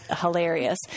hilarious